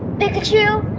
pikachu?